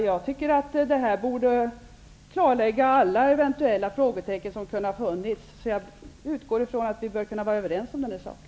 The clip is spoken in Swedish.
Ja, jag tycker att det jag här har sagt borde vara klargörande på alla punkter där det eventuellt finns frågetecken. Jag utgår därför från att vi bör vara överens om den saken.